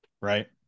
right